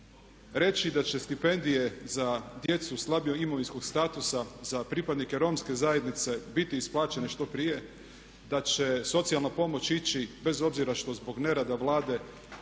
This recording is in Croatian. reći da će stipendije za djecu slabijeg imovinskog statusa za pripadnike Romske zajednice biti isplaćene što prije, da će socijalna pomoć ići bez obzira što zbog nerada Vlade